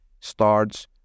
starts